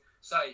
say